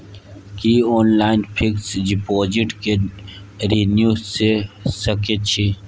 की online fix deposit के renew के सकै छी?